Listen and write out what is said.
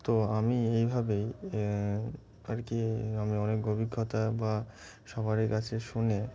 তো আমি এভাবেই আর কি আমি অনেক অভিজ্ঞতা বা সবারই কাছে শুনে